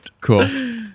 Cool